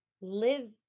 live